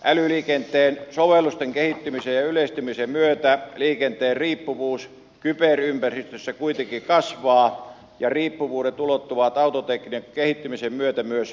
älyliikenteen sovellusten kehittymisen ja yleistymisen myötä liikenteen riippuvuus kyberympäristössä kuitenkin kasvaa ja riippuvuudet ulottuvat autotekniikan kehittymisen myötä myös ajoneuvojen toimintaan